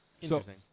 Interesting